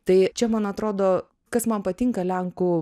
tai čia man atrodo kas man patinka lenkų